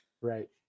Right